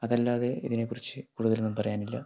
അതല്ലാതെ ഇതിനെക്കുറിച്ച് കൂടുതലൊന്നും പറയാനില്ല